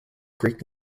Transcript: greek